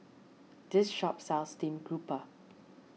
this shop sells Stream Grouper